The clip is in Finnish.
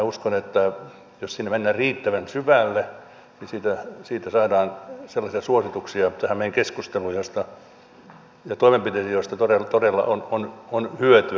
uskon että jos sinne mennään riittävän syvälle niin siitä saadaan tähän meidän keskusteluun sellaisia suosituksia ja toimenpiteitä joista todella on hyötyä